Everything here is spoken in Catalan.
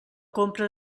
compra